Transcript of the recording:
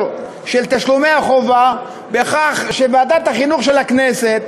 של תשלומי החובה בכך שוועדת החינוך של הכנסת,